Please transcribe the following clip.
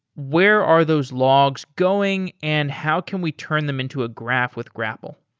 where are those logs going and how can we turn them into a graph with grapl?